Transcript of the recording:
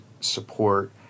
support